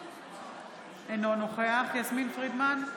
אינו נוכח יסמין פרידמן,